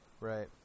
Right